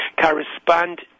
correspond